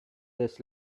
this